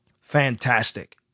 Fantastic